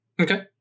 Okay